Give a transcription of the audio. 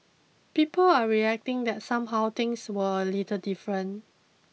people are reacting that somehow things were a little different